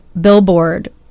billboard